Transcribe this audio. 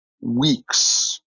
weeks